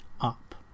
up